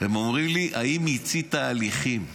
הם אומרים לי: האם מיצית הליכים?